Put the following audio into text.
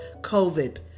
COVID